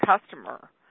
customer